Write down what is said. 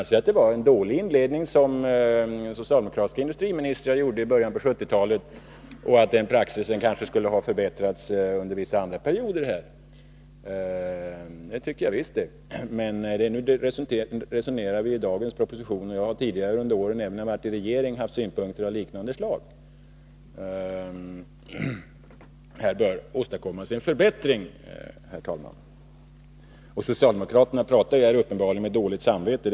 Det var en dålig inledning som socialdemokratiska industriministrar gjorde i början av 1970-talet, och denna praxis skulle kanske ha förbättrats under vissa andra perioder. Men nu resonerar vi om dagens proposition. Jag har under tidigare år, även när jag satt i regeringen, haft synpunkter av liknande slag. Här bör åstadkommas en förbättring, herr talman. Socialdemokraterna pratar uppenbarligen med dåligt samvete.